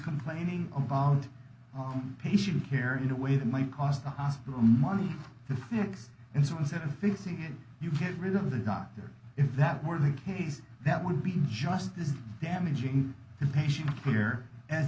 complaining about patient care in a way that might cause the hospital molly to fix and so instead of fixing it you get rid of the doctor if that were the case that would be just this damaging the patient clear as